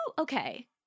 Okay